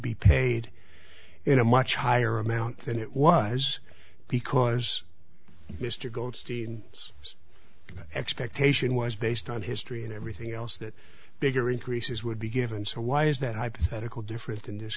be paid in a much higher amount than it was because mr goldstein the expectation was based on history and everything else that bigger increases would be given so why is that hypothetical different in this